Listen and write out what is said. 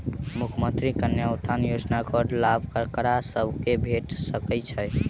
मुख्यमंत्री कन्या उत्थान योजना कऽ लाभ ककरा सभक भेट सकय छई?